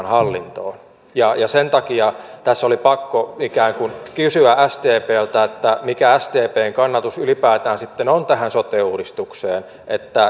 hallintoon sen takia tässä oli pakko ikään kuin kysyä sdpltä mikä sdpn kanta ylipäätään sitten on tähän sote uudistukseen